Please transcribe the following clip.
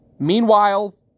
Meanwhile